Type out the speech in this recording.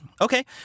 Okay